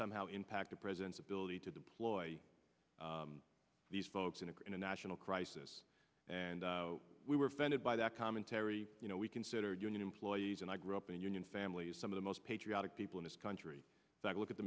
somehow impact the president's ability to deploy these folks in a group in a national crisis and we were offended by that commentary you know we considered union employees and i grew up in union families some of the most patriotic people in this country that look at the